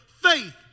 faith